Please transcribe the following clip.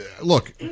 look